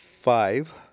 five